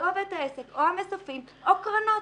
זה או בית העסק או המסופים או קרנות.